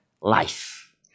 life